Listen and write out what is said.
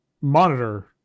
monitor